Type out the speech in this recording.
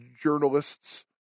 journalists